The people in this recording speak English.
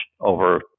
over